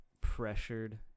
pressured